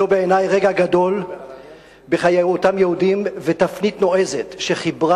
זה בעיני רגע גדול בחיי אותם יהודים ותפנית נועזת שחיברה